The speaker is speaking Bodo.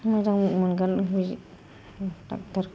मोजां मोनगोन बिजि डक्ट'र